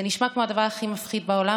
זה נשמע כמו הדבר הכי מפחיד בעולם,